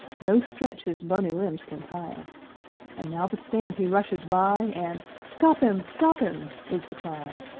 no stretch his bony limbs can tire and now the stand he rushes by, and stop him stop him! is the cry.